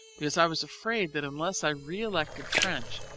because i was afraid that unless i re-elected french,